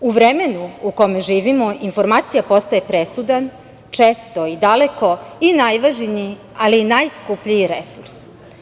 U vremenu u kome živimo informacija postaje presudan, često i daleko najvažniji, ali i najskuplji resurs.